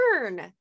learn